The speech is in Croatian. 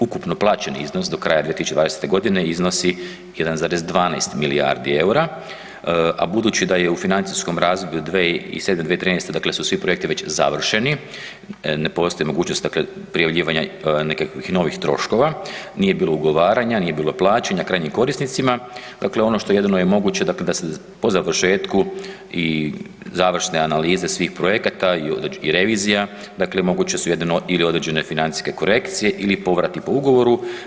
Ukupno plaćeni iznos do kraja 2020. godine iznosi 1,12 milijardi EUR-a, a budući da je u financijskom razdoblju 2007.-2013. dakle su svi projekti već završeni ne postoji mogućnost prijavljivanja nekakvih novih troškova, nije bilo ugovaranja, nije bilo plaćanja krajnjim korisnicima, dakle ono što je jedino moguće da se po završetku i završne analize svih projekata i revizija moguće su jedino ili određene financijske korekcije ili povrati po ugovoru.